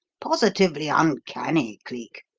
positively uncanny, cleek!